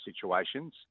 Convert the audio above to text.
situations